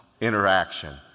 interaction